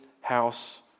house